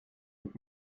niet